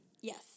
Yes